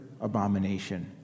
abomination